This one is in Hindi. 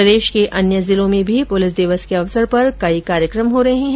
प्रदेश के अन्य जिलों में भी पुलिस दिवस के अवसर पर कई कार्यक्रम हो रहे है